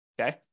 okay